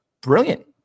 brilliant